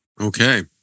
Okay